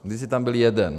Kdysi tam byl jeden.